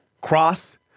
cross